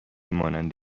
مانند